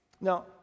Now